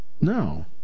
No